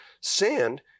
sand